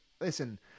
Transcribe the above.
listen